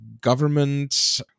government